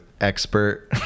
expert